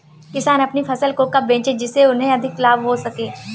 किसान अपनी फसल को कब बेचे जिसे उन्हें अधिक लाभ हो सके?